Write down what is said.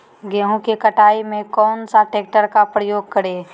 गेंहू की कटाई में कौन सा ट्रैक्टर का प्रयोग करें?